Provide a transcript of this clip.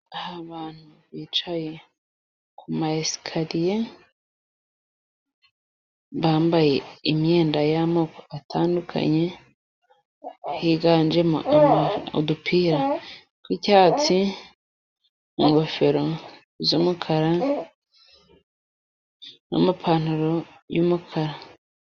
Abantu bicaye ku masikariya bambaye imyenda y'amoko atandukanye, higanjemo udupira tw'icyatsi ingofero z'umukara n'amapantaro y'umukara.